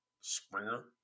springer